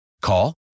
Call